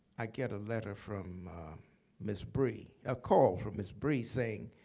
i get a letter from miss bry a call from miss bry saying,